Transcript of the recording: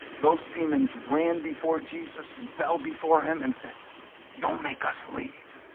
those demons ran before jesus and fell before him and said don't make us leave